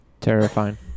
terrifying